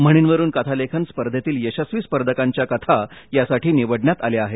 म्हणींवरुन कथालेखन स्पर्धेतील यशस्वी स्पर्धकांच्या कथा यासाठी निवडण्यात आल्या आहेत